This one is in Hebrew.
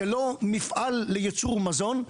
זה לא מפעל לייצור מזון,